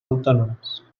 autònomes